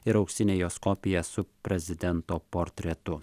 ir auksinė jos kopija su prezidento portretu